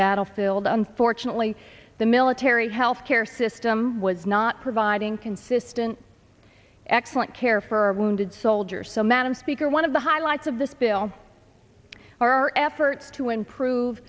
battlefield unfortunately the military health care system was not providing consistent excellent care for our wounded soldiers so madam speaker one of the highlights of this bill are our efforts to improve